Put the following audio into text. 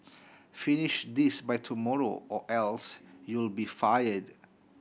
finish this by tomorrow or else you'll be fired